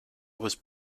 was